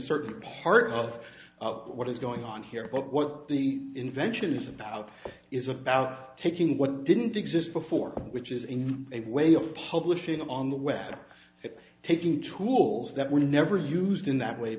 certain part of what is going on here but what the invention is about is about taking what didn't exist before which is in a way of publishing on the web and taking tools that were never used in that way